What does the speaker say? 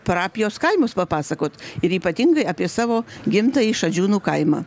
parapijos kaimus papasakot ir ypatingai apie savo gimtąjį šadžiūnų kaimą